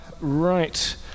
Right